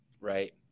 Right